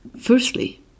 Firstly